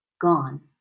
gone